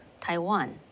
Taiwan